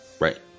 Right